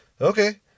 okay